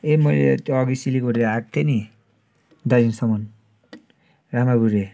ए म त्यो अघि सिलगढीबाट आएको थिएँ नि दार्जिलिङसम्म रामागुढी